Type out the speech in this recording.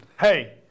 Hey